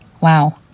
Wow